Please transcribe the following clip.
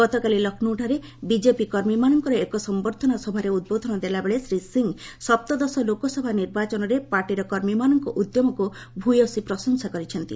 ଗତକାଲି ଲକ୍ଷ୍ନୌଠାରେ ବିଚ୍ଚେପି କର୍ମୀମାନଙ୍କର ଏକ ସମ୍ଭର୍ଦ୍ଧନା ସଭାରେ ଉଦ୍ବୋଧନ ଦେଲାବେଳେ ଶ୍ରୀ ସିଂ ସପ୍ତଦଶ ଲୋକସଭା ନିର୍ବାଚନରେ ପାର୍ଟିର କର୍ମୀମାନଙ୍କ ଉଦ୍ୟମକୁ ଭୂୟସୀ ପ୍ରଶଂସା କରିଛନ୍ତି